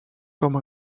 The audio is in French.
comme